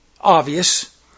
obvious